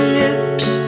lips